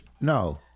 No